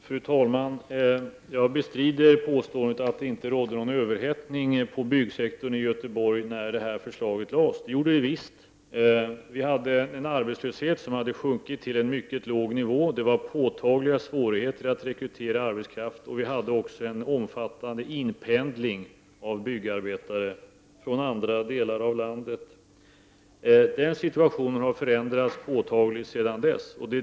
Fru talman! Jag bestrider påståendet att det inte rådde någon överhettning på byggsektorn i Göteborg när förslaget lades fram. Det gjorde det visst. Arbetslösheten hade sjunkit till en mycket låg nivå. Det var påtagliga svårigheter att rekrytera arbetskraft, och vi hade också en omfattande inpendling av byggarbetare från andra delar av landet. Situationen har förändrats påtagligt sedan dess.